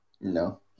No